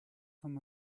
from